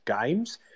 games